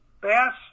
bass